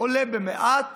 עולה במעט